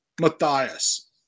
Matthias